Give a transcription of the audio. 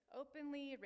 openly